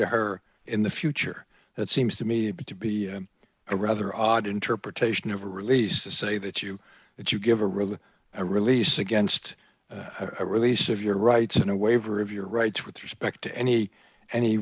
to her in the future that seems to me but to be a rather odd interpretation of a release to say that you that you give a really a release against release of your rights in a waiver of your rights with respect to any an